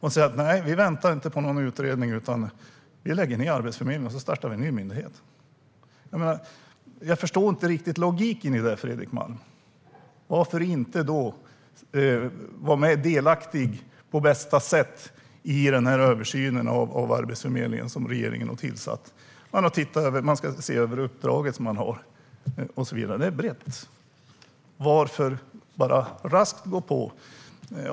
Ni säger: "Nej, vi väntar inte på någon utredning, utan vi lägger ned Arbetsförmedlingen och startar en ny myndighet." Jag förstår inte riktigt logiken i det, Fredrik Malm. Varför inte vara delaktig på bästa sätt i översynen av Arbetsförmedlingen som regeringen har tillsatt? Man ska se över uppdraget som myndigheten har och så vidare. Det är brett. Varför bara raskt gå på?